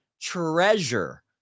treasure